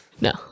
No